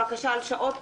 הבקשה על השעות